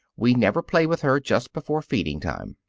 we never play with her just before feeding-time.